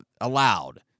allowed